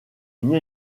une